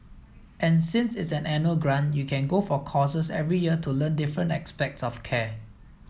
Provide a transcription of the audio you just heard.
and since it's an annual grant you can go for courses every year to learn different aspects of care